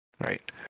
right